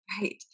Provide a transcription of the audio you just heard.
Right